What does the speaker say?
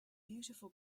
beautiful